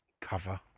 cover